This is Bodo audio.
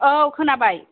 औ खोनाबाय